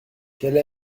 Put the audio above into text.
qu’elle